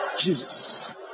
Jesus